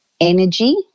energy